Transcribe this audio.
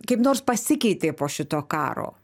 kaip nors pasikeitė po šito karo